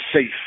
safe